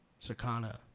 Sakana